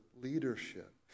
leadership